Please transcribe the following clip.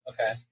Okay